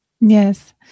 yes